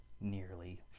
nearly